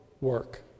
work